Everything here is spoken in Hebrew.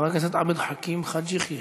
חבר הכנסת עבד אל חכים חאג' יחיא,